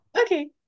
Okay